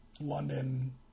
London